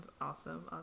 awesome